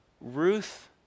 Ruth